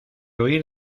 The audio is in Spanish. huir